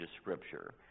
Scripture